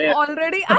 already